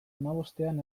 hamabostean